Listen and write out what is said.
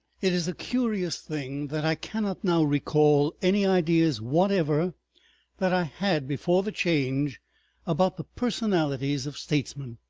it is a curious thing, that i cannot now recall any ideas whatever that i had before the change about the personalities of statesmen,